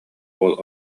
уол